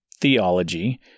theology